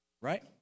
right